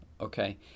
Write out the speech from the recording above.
Okay